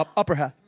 ah opraha.